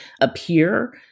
appear